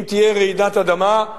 אם תהיה רעידת אדמה,